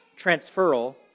transferal